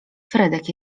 fredek